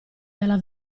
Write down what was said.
dalla